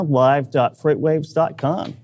live.freightwaves.com